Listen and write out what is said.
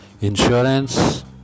insurance